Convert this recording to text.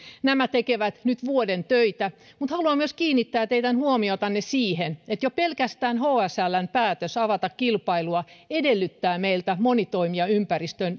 nämä tekevät nyt vuoden töitä mutta haluan myös kiinnittää teidän huomiotanne siihen että jo pelkästään hsln päätös avata kilpailua edellyttää meiltä monitoimijaympäristön